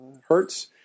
hertz